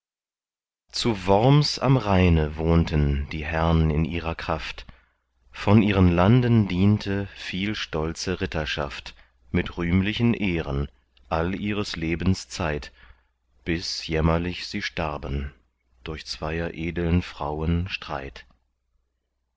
zu worms am rheine wohnten die herrn in ihrer kraft von ihren landen diente viel stolze ritterschaft mit rühmlichen ehren all ihres lebens zeit bis jämmerlich sie starben durch zweier edeln frauen streit